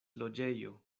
loĝejo